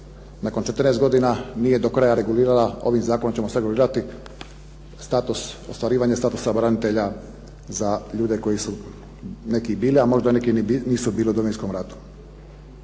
nakon 14 godina nije do kraja regulira, ovim zakonom ćemo sada regulirati ostvarivanje statusa branitelja za ljude koji su neki bili a možda neki nisu bili u Domovinskom ratu.